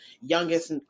youngest